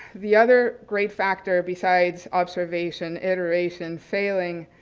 the other great factor besides observation, iteration, failing,